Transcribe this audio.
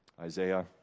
Isaiah